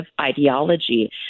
ideology